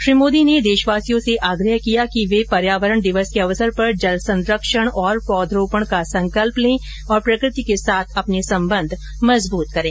श्री मोदी ने देशवासियों से आग्रह किया कि वे पर्यावरण दिवस के अवसर पर जल संरक्षण और पौध रोपण का संकल्प लें और प्रकृति के साथ अपने संबंध मजबूत करें